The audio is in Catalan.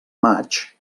maig